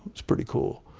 it's pretty cool.